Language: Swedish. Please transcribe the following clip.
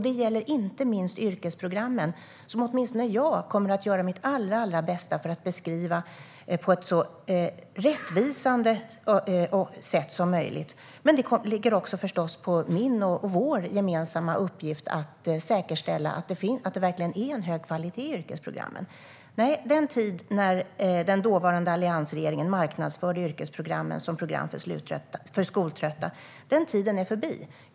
Det gäller inte minst yrkesprogrammen, som åtminstone jag kommer att göra mitt allra bästa för att beskriva på ett så rättvisande sätt som möjligt. Det är förstås också min och vår gemensamma uppgift att säkerställa att det verkligen är hög kvalitet på yrkesprogrammen. Den tid då dåvarande alliansregeringen marknadsförde yrkesprogrammen som program för skoltrötta är förbi.